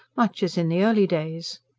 much as in the early days.